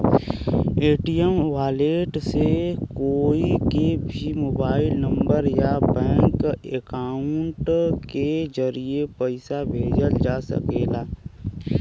Paytm wallet से कोई के भी मोबाइल नंबर या बैंक अकाउंट के जरिए पइसा भेजल जा सकला